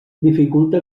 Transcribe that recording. dificulta